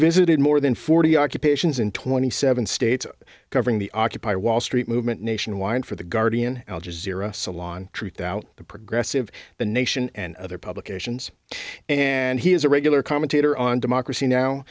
visited more than forty occupations in twenty seven states covering the occupy wall street movement nationwide for the guardian al jazeera salon truthout the progressive the nation and other publications and he is a regular commentator on democracy now